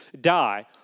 die